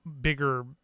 bigger